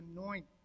anoint